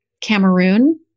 Cameroon